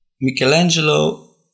Michelangelo